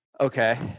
Okay